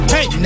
Hey